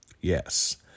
Yes